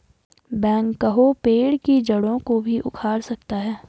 backhoe पेड़ की जड़ों को भी उखाड़ सकता है